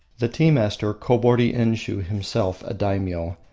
the tea-master, kobori-enshiu, himself a daimyo,